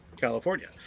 California